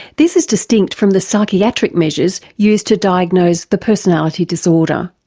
this is distinct from the psychiatric measures used to diagnose the personality disorder.